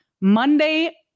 Monday